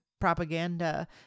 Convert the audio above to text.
propaganda